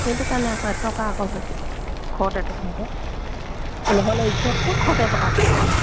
সেইটো কাৰণে আকৌ এটকা আকৌ সুত এটকাকৈ পাব